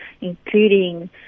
including